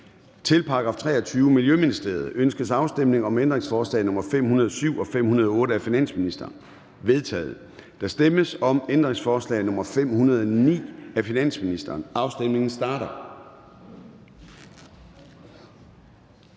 Til § 23. Miljøministeriet. Ønskes afstemning om ændringsforslag nr. 507 og 508 af finansministeren? De er vedtaget. Der stemmes om ændringsforslag nr. 509 af finansministeren. Afstemningen starter.